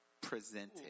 Presented